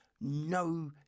no